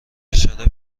اشاره